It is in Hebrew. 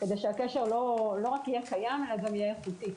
כדי שהקשר לא רק יהיה קיים, אלא גם יהיה איכותי.